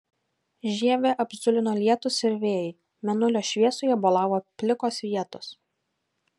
žievę apzulino lietūs ir vėjai mėnulio šviesoje bolavo plikos vietos